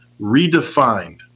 redefined